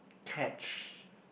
catch